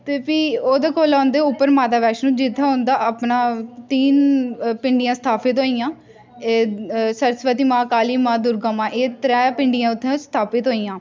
ते फ्ही ओह्दे कोला उं'दे उप्पर माता बैश्णो जित्थे उं'दा अपना तीन पिंडियां स्थापत होइयां एह् सरस्वती मां' काली मां' दुर्गा मां एह् त्रै पिंडियां उत्थे स्थापत होइयां